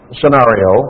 scenario